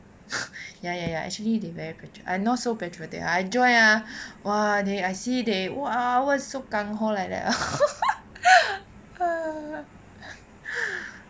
ya ya ya actually they very patriotic I not so patriotic I join ah !wah! they I see they !wah! all so gang hoh like that lah